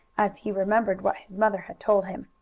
as he remembered what his mother had told him.